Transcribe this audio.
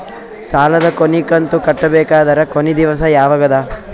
ಸಾಲದ ಕೊನಿ ಕಂತು ಕಟ್ಟಬೇಕಾದರ ಕೊನಿ ದಿವಸ ಯಾವಗದ?